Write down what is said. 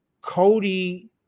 Cody